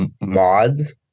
mods